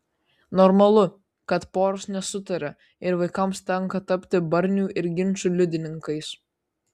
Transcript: normalu kad poros nesutaria ir vaikams tenka tapti barnių ir ginčų liudininkais